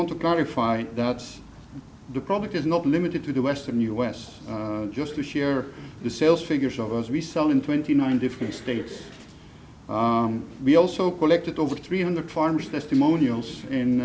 clarify that's the public is not limited to the western u s just to share the sales figures of us we sell in twenty nine different states we also collected over three hundred farmers testimonials